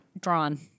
drawn